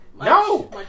No